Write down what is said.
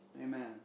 Amen